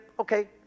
Okay